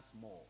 more